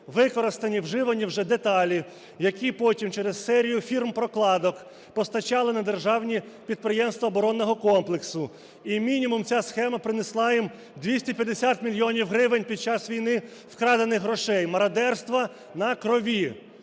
використані, вживані вже деталі, які потім через серію фірм-прокладок постачали на державні підприємства оборонного комплексу. І мінімум ця схема принесла їм 250 мільйонів гривень під час війни, вкрадених грошей мародерства на крові.